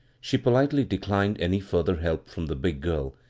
she politely declined any further help from the big girl,